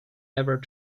ever